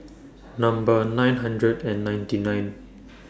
Number nine hundred and ninety nine